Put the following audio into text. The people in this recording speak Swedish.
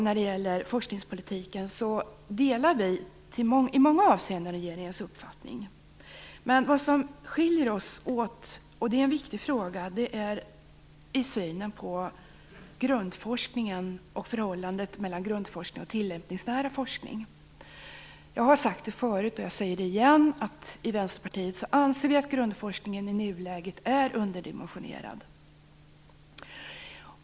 När det gäller forskningspolitiken i övrigt delar vi i många avseenden regeringens uppfattning. Men i en viktig fråga skiljer vi oss åt. Det gäller synen på grundforskningen och förhållandet mellan grundforskning och tillämpningsnära forskning. Jag har sagt det förut och jag säger det igen: I Vänsterpartiet anser vi att grundforskningen i nuläget är underdimensionerad.